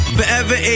Forever